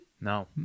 No